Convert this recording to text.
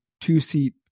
two-seat